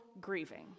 grieving